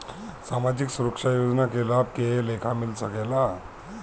सामाजिक सुरक्षा योजना के लाभ के लेखा मिल सके ला?